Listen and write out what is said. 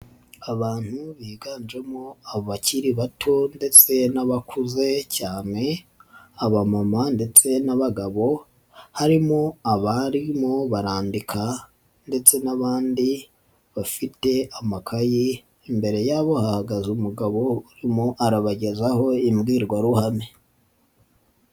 Abantu biganjemo abakiri bato ndetse n'abakuze cyane, abamama ndetse n'abagabo, harimo abarimo barandika ndetse n'abandi bafite amakayi, imbere yabo hahagaze umugabo urimo arabagezaho imbwirwaruhame.